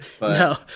No